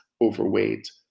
overweight